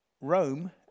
Rome